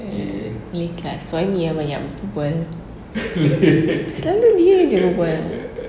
eh malay class why mia banyak bual selalu dia jer bual